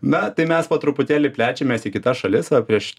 na tai mes po truputėlį plečiamės į kitas šalis va prieš